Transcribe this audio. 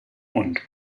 und